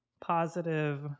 positive